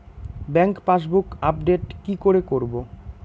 Bank passbook update কি করে করবো?